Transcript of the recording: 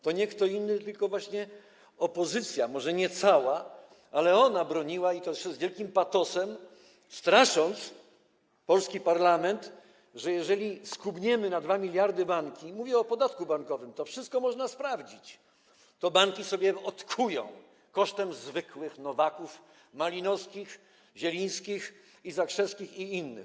To nie kto inny jak właśnie opozycja, może nie cała, ich broniła, i to jeszcze z wielkim patosem, strasząc polski parlament, że jeżeli skubniemy na 2 mld banki, mówię o podatku bankowym - to wszystko można sprawdzić - to banki odkują się kosztem zwykłych Nowaków, Malinowskich, Zielińskich, Zakrzewskich i innych.